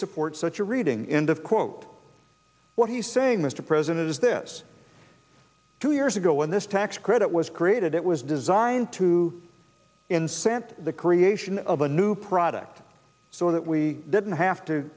support such a reading in the quote what he's saying mr president is this two years ago when this tax credit was created it was designed to in sent the creation of a new product so that we didn't have to